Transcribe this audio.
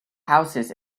houses